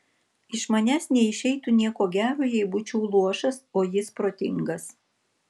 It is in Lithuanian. iš manęs neišeitų nieko gero jei būčiau luošas o jis protingas